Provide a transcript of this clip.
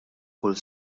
kull